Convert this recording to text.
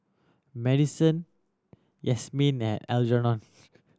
Madisyn Yazmin and Algernon